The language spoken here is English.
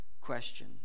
question